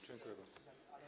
Dziękuję bardzo.